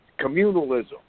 communalism